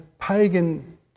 pagan